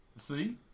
See